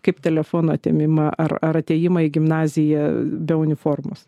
kaip telefono atėmimą ar ar atėjimą į gimnaziją be uniformos